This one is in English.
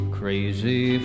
crazy